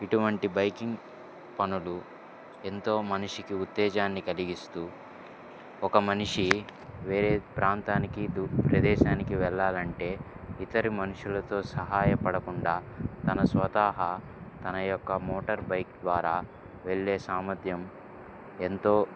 ఇటువంటి బైకింగ్ పనులు ఎంతో మనిషికి ఉత్తేజాన్ని కలిగిస్తు ఒక మనిషి వేరే ప్రాంతానికి ప్రదేశానికి వెళ్ళాలి అంటే ఇతర మనుషులతో సహాయపడకుండా తన స్వతహగ తన యొక్క మోటార్ బైక్ ద్వారా వెళ్లే సామర్థ్యం ఎంతో